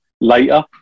later